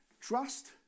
trust